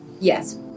Yes